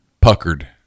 Puckered